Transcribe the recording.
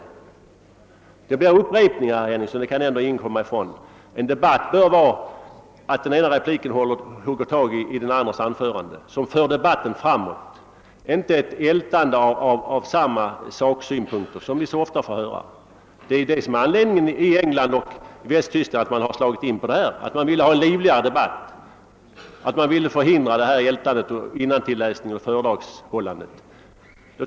På det sättet blir det en mängd upprepningar, herr Henningsson, det kan vi inte komma ifrån. En debatt bör vara sådan att den ena repliken hugger tag i den andra och för debatten framåt. Det skall inte vara fråga om ett ältande av samma saksynpunkter, så som ofta är fallet här i riksdagen. Anledningen till att man i England och Västtyskland slagit in på den väg man gjort är just att man ville få till stånd en livligare debatt. Man ville förhindra det här ältandet, innantillläsandet och föredragshållandet.